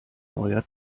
neuer